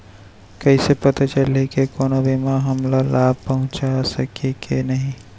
कइसे पता चलही के कोनो बीमा हमला लाभ पहूँचा सकही के नही